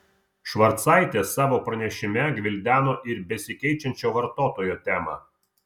švarcaitė savo pranešime gvildeno ir besikeičiančio vartotojo temą